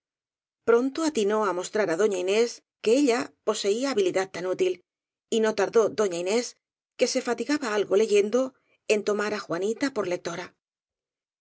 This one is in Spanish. pronto atinó á mos trar á doña inés que ella poseía habilidad tan útil y no tardó doña inés que se fatigaba algo leyendo en tomar á juanita por lectora